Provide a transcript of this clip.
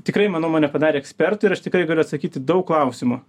tikrai manau mane padarė ekspertu ir aš tikrai galiu atsakyti daug klausimų